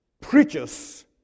preachers